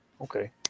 Okay